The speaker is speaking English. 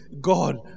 God